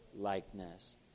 Likeness